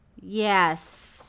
Yes